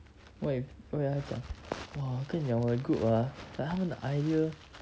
喂我也要讲 !wah! 跟你讲我的 group ah like 他们的 idea